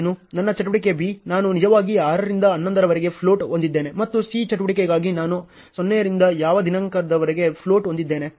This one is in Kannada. ನನ್ನ ಚಟುವಟಿಕೆ B ನಾನು ನಿಜವಾಗಿ 6 ರಿಂದ 11 ರವರೆಗೆ ಫ್ಲೋಟ್ ಹೊಂದಿದ್ದೇನೆ ಮತ್ತು C ಚಟುವಟಿಕೆಗಾಗಿ ನಾನು 0 ರಿಂದ ಯಾವ ದಿನಾಂಕದವರೆಗೆ ಫ್ಲೋಟ್ ಹೊಂದಿದ್ದೇನೆ